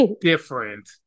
different